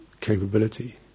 capability